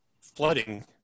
flooding